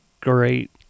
great